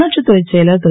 உள்ளாட்சித்துறை செயலர் திரு